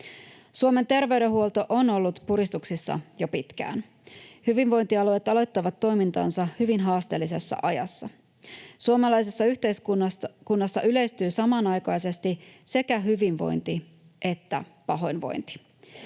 Suomen terveydenhuolto on ollut puristuksissa jo pitkään. Hyvinvointialueet aloittavat toimintansa hyvin haasteellisessa ajassa. Suomalaisessa yhteiskunnassa yleistyy samanaikaisesti sekä hyvinvointi että pahoinvointi.